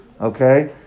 okay